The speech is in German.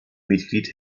mitglied